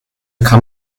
kann